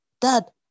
dad